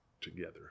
together